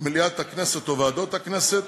מליאת הכנסת או ועדות הכנסת,